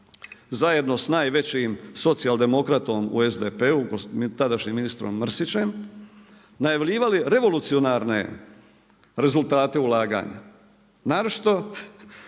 zajedno sa najvećim socijaldemokratom u SDP-u tadašnjim ministrom Mrsićem najavljivali revolucionarne rezultate ulaganja. Naročito